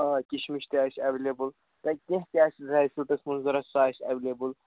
آ کِشمِش تہِ آسہِ ایٚولیبل تۄہہِ کیٚنہہ تہِ آسہِ منٛز ضوٚرتھ سُہ آسہِ ایٚولیبل